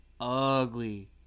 ugly